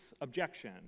objection